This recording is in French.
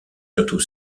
surtout